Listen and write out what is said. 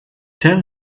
tell